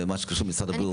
ומשהו שקשור למשרד הבריאות.